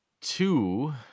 two